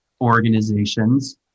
organizations